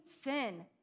sin